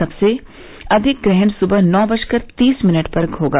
सबसे अधिक ग्रहण सुबह नौ बजकर तीस मिनट पर होगा